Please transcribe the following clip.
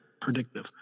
predictive